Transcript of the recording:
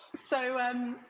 so, um,